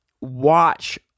watch